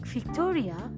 Victoria